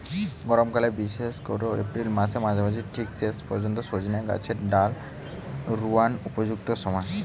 গরমকাল বিশেষ কোরে এপ্রিল মাসের মাঝামাঝি থিকে শেষ পর্যন্ত সজনে গাছের ডাল রুয়ার উপযুক্ত সময়